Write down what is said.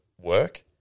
work